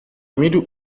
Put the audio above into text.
middle